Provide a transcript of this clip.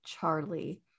charlie